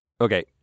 okay